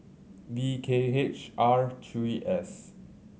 V K H R three S